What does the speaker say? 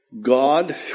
God